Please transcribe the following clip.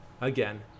Again